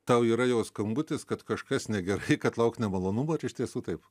tau yra jau skambutis kad kažkas negerai kad lauk nemalonumų ar iš tiesų taip